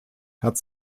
hat